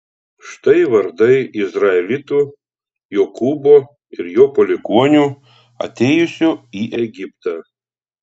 štai vardai izraelitų jokūbo ir jo palikuonių atėjusių į egiptą